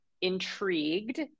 intrigued